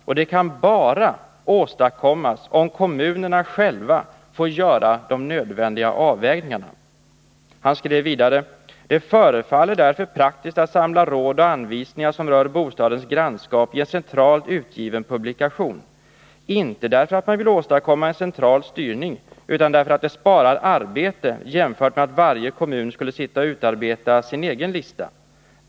Och det kan bara åstadkommas om kommunerna själva får göra de nödvändiga avvägningar Ra Han skrev vidare: ”Det förefaller därför praktiskt att samla råd och anvisningar som rör bostadens grannskapi en centralt utgiven publikation. Inte därför att man vill åstadkomma en central styrning, utan därför att det sparar arbete jämfört med att varje kommun skulle sitta och utarbeta sin egen lista.